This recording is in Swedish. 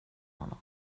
honom